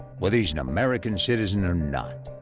whether he's an american citizen or not.